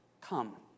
come